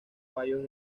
fallos